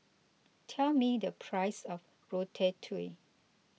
tell me the price of Ratatouille